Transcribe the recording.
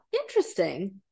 interesting